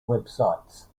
websites